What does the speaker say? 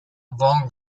von